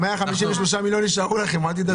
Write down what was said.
ה-153 מיליון שקל יישארו לכם.